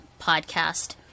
podcast